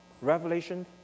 Revelation